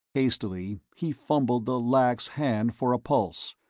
hastily he fumbled the lax hand for a pulse.